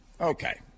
Okay